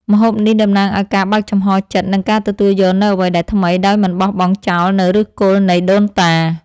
ម្ហូបនេះតំណាងឱ្យការបើកចំហចិត្តនិងការទទួលយកនូវអ្វីដែលថ្មីដោយមិនបោះបង់ចោលនូវឫសគល់នៃដូនតា។